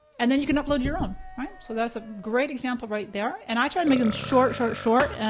and then you can upload your own, right? so that's a great example right there. and i try to make them short short short.